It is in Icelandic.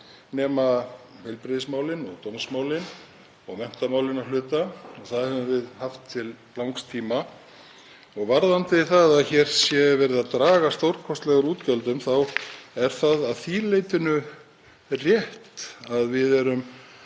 nema heilbrigðismálin, dómsmálin og menntamálin að hluta og það höfum við haft til langs tíma. Varðandi það að hér sé verið að draga stórkostlega úr útgjöldum þá er það að því leyti rétt að við höfum